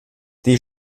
die